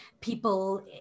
people